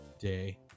day